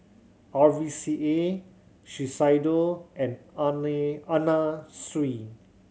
R V C A Shiseido and Anna Sui